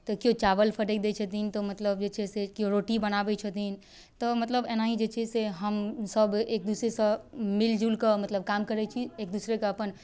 तऽ केओ चावल फटकि दै छथिन तऽ मतलब केओ जे छै से मतलब रोटी बनाबै छथिन तऽ मतलब एनाहिए जे छै से हमसब एक दोसरासँ मिलिजुलिके मतलब काम करै छी एक दोसराके अपन